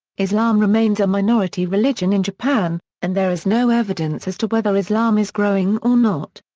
islam remains a minority religion in japan, and there is no evidence as to whether islam is growing or not.